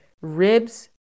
ribs